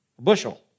bushel